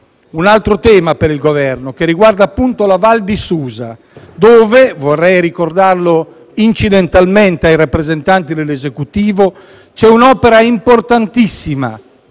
un altro tema per il Governo che riguarda appunto la Val di Susa, dove - vorrei ricordarlo incidentalmente ai rappresentanti dell'Esecutivo - c'è un'opera importantissima